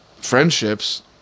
friendships